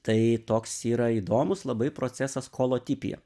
tai toks yra įdomus labai procesas kolotipija